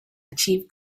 achieve